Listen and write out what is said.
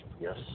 Yes